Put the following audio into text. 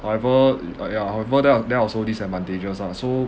however uh ya however there are there are also disadvantages ah so